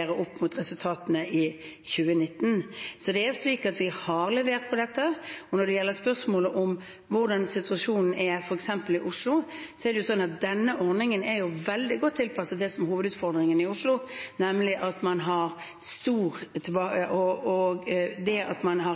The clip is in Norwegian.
opp mot resultatene i 2019. Så det er slik at vi har levert på dette. Når det gjelder spørsmålet om hvordan situasjonen er f.eks. i Oslo, er denne ordningen veldig godt tilpasset det som er hovedutfordringen i Oslo, nemlig at man har